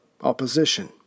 opposition